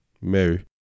Mary